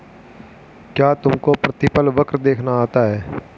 क्या तुमको प्रतिफल वक्र देखना आता है?